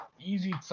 easy